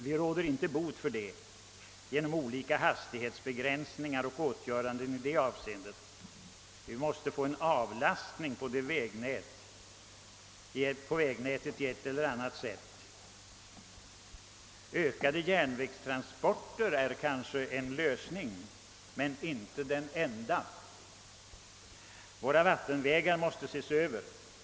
Vi råder inte bot härför genom hastighetsbegränsningar och liknande åtgärder; vi måste få till stånd en avlastning av vägnätet på ett eller an nat sätt. Ökade järnvägstransporter är kanske en lösning, men inte den enda. Våra vattenvägar måste ses över.